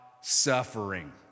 suffering